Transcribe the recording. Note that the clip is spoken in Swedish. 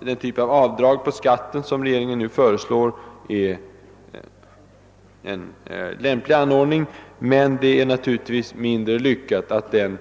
Den typ av avdrag på skatten som regeringen nu föreslår anser jag i och för sig vara en lämplig anordning, men det är naturligtvis mindre lyckat att den